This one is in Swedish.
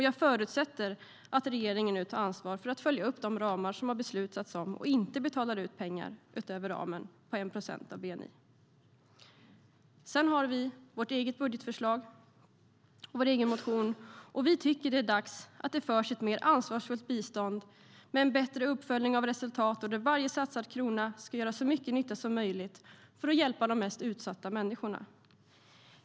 Jag förutsätter att regeringen nu tar ansvar för att följa upp de ramar det har beslutats om och inte betalar ut pengar utöver ramen på 1 procent av bni. Vi har vårt eget budgetförslag och vår egen motion. Och vi tycker att det är dags för ett mer ansvarsfullt bistånd med bättre uppföljning av resultat och där varje satsad krona ska göra så mycket nytta som möjligt för att hjälpa de mest utsatta människorna.